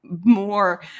more